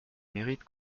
mérite